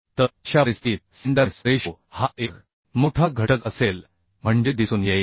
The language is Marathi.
तर अशा परिस्थितीत स्लेंडरनेस रेशो हा एक मोठा घटक असेल म्हणजे दिसून येईल